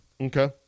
Okay